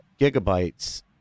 gigabytes